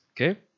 Okay